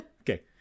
okay